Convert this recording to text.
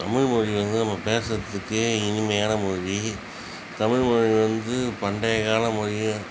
தமிழ் மொழி வந்து நம்ம பேசுகிறதுக்கு இனிமையான மொழி தமிழ் மொழி வந்து பண்டைய கால மொழி